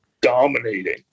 dominating